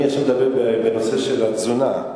עכשיו אני מדבר בנושא התזונה.